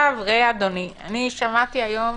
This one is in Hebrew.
שמעתי היום